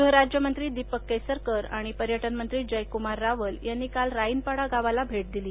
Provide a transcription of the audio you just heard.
गृहराज्यमंत्री दीपक केसरकर आणि पर्यटनमंत्री जयकुमार रावल यांनी काल राईनपाडा गावाला भेट दिली